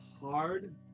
hard